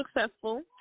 successful